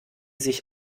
sich